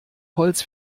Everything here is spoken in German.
holz